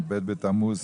ב' בתמוז.